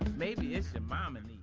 maybe your mom and